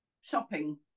shopping